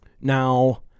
Now